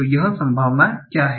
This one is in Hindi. तो यह संभावना क्या है